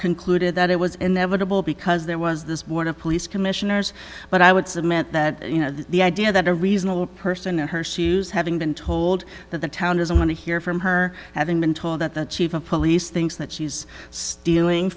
concluded that it was inevitable because there was this board of police commissioners but i would submit that you know the idea that a reasonable person in her shoes having been told that the town doesn't want to hear from her having been told that the chief of police thinks that she's stealing